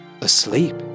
asleep